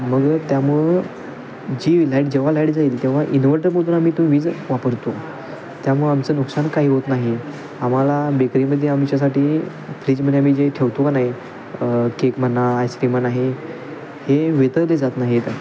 मग त्यामुळं जी लाईट जेव्हा लाईट जाईल तेव्हा इनव्हर्टरमधून आम्ही तो वीज वापरतो त्यामुळं आमचं नुकसान काही होत नाही आम्हाला बेकरीमध्ये आमच्यासाठी फ्रीजमध्ये आम्ही जे ठेवतो का नाही केक म्हणा आईस्क्रीम म्हणा हे हे वितळले जात नाहीत